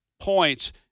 points